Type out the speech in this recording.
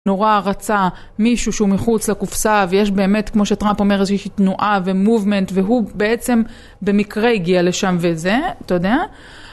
נורא רצה מישהו שהוא מחוץ לקופסה ויש באמת כמו שטראמפ אומר איזושהי תנועה ומובמנט והוא בעצם במקרה הגיע לשם וזה, אתה יודע?